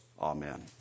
Amen